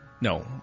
No